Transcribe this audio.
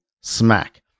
smack